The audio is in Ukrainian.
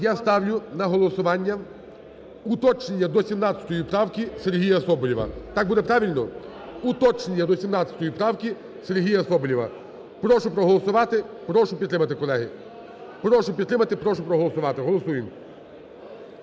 Я ставлю на голосування уточнення до 17 правки Сергія Соболєва. Так буде правильно? Уточнення до 17 правки Сергія Соболєва. Прошу проголосувати. Прошу підтримати, колеги. Прошу підтримати, прошу проголосувати. Голосуєм.